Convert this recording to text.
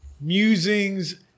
musings